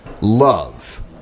love